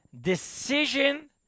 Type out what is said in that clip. decision